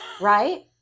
right